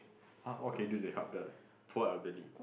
ah what can you do to help the poor elderly